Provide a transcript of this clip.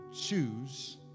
Choose